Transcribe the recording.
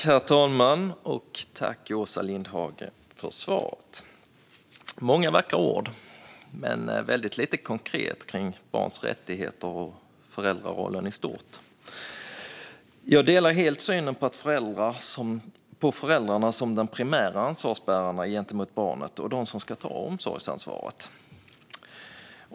Herr talman! Tack, Åsa Lindhagen, för svaret! Det är många vackra ord men väldigt lite konkret kring barns rättigheter och föräldrarollen i stort. Jag delar helt synen på föräldrarna som de primära ansvarsbärarna gentemot barnet och de som ska ta omsorgsansvaret.